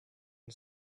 and